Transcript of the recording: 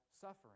suffering